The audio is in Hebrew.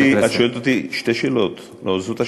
את שואלת אותי שתי שאלות, לא זאת השאלה?